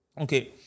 Okay